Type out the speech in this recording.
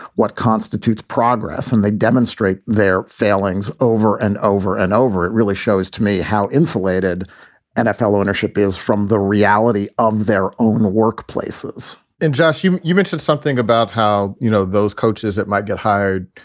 what constitutes progress. and they demonstrate their failings over and over and over. it really shows to me how insulated nfl ownership is from the reality of their own workplaces and josh, you you mentioned something about how, you know, those coaches that might get hired